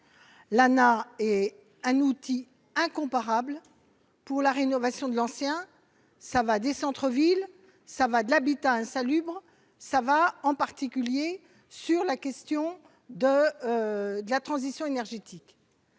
l'Lana est un outil incomparable pour la rénovation de l'ancien, ça va des centre-ville ça va de l'habitat insalubre, ça va en particulier sur la question de la transition énergétique